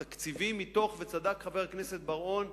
התקציבי, וצדק חבר הכנסת בר-און,